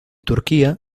turquía